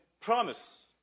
promise